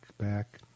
back